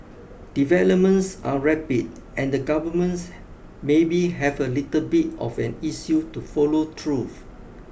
developments are rapid and the governments maybe have a little bit of an issue to follow through